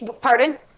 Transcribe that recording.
pardon